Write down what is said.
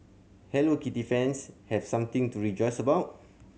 Hello Kitty fans have something to rejoice about